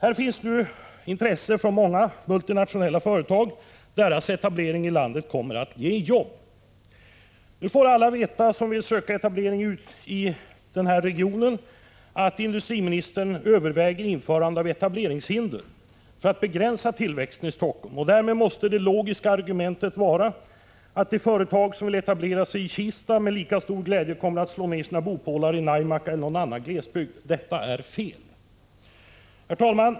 Här finns nu intresse från många multinationella företag. Deras etablering i landet kommer att ge jobb. Nu får alla veta som vill söka etablering i Helsingforssregionen att industriministern överväger införandet av etableringshinder för att begränsa tillväxten i Helsingfors. Det logiska argumentet måste då vara att företag som vill etablera sig i Kista med lika stor glädje kommer att slå ner sina bopålar i Naimakka eller någon annan glesbygd. Detta är fel. Herr talman!